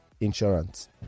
Insurance